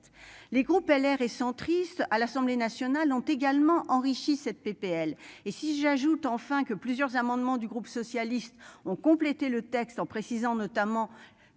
les groupes LR et centristes à l'Assemblée nationale ont également enrichi cette PPL et si j'ajoute enfin que plusieurs amendements du groupe socialiste ont complété le texte, en précisant notamment